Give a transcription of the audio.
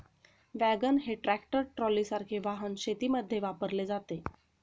wagon हे tractor ट्रॉलीसारखे वाहन शेतीमध्ये वापरले जाते